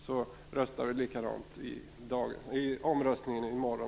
Då röstar vi likadant i omröstningen i morgon.